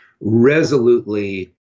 resolutely